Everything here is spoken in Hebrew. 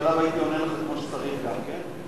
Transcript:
שעליו הייתי עונה לך כמו שצריך גם כן,